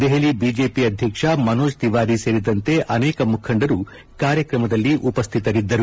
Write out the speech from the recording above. Delhi BJP ಅಧ್ಯಕ್ಷ ಮನೋಜ್ ತಿವಾರಿ ಸೇರಿದಂತೆ ಅನೇಕ ಮುಖಂಡರು ಕಾರ್ಯಕ್ರಮದಲ್ಲಿ ಉಪಸ್ಥಿತರಿದ್ದರು